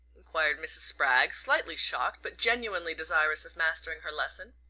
enquired mrs. spragg, slightly shocked, but genuinely desirous of mastering her lesson.